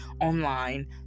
online